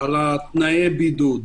על תנאי הבידוד.